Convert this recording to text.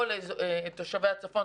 כל תושבי הצפון,